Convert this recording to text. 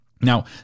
Now